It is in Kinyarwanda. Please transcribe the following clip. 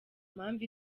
mpamvu